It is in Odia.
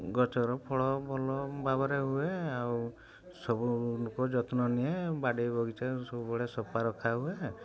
ଗଛର ଫଳ ଭଲ ଭାବରେ ହୁଏ ଆଉ ସବୁ ଲୋକ ଯତ୍ନ ନିଏ ବାଡ଼ି ବଗିଚା ସବୁବେଳେ ସଫା ରଖା ହୁଏ